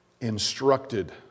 instructed